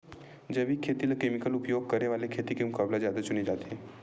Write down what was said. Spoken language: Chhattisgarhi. जैविक खेती ला केमिकल उपयोग करे वाले खेती के मुकाबला ज्यादा चुने जाते